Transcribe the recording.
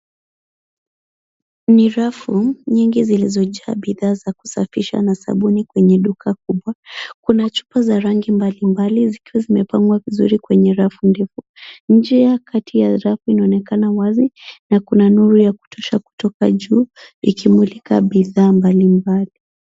Ni rafu nyingi zilizojaa bidhaa za kusafisha na sabuni kwenye duka kubwa. Kuna chupa za rangi mbalimbali zikiwa zimepangwa vizuri kwenye rafu ndefu. Njia kati ya rafu inaonekana wazi na kuna nuru ya kutosha kutoka juu ikimulika bidhaa mbalimbali.